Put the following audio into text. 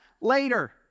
later